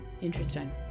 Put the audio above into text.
interesting